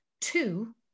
two